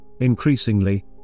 Increasingly